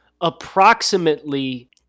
approximately